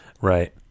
Right